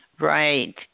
Right